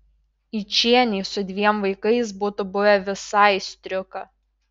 yčienei su dviem vaikais būtų buvę visai striuka